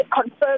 confirm